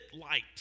light